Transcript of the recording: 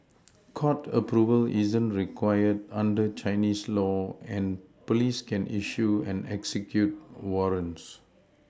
court Approval isn't required under Chinese law and police can issue and execute warrants